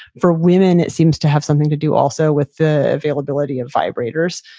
for women, it seems to have something to do also with the availability of vibrators.